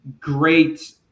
great